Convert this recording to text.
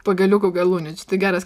pagaliuko galų čia tai geras